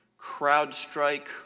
CrowdStrike